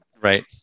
right